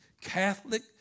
Catholic